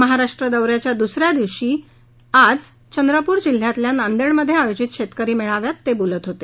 महाराष्ट्र दौ याच्या दुस या दिवशी ते आज चंद्रपूर जिल्ह्यातल्या नांदेड मध्ये आयोजित शेतकरी मेळाव्यात बोलत होते